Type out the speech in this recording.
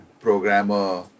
programmer